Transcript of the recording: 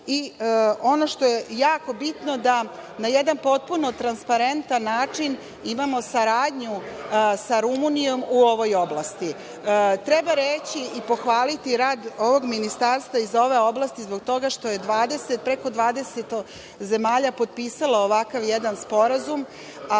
što je jako bitno, to je da na jedan potpuno transparentan način imamo saradnju sa Rumunijom u ovoj oblasti. Treba pohvaliti rad ovog Ministarstva iz ove oblasti, zbog toga što je preko 20 zemalja potpisalo ovakav jedan sporazum,